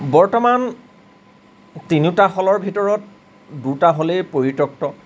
বৰ্তমান তিনিওটা হলৰ ভিতৰত দুটা হলেই পৰিত্যক্ত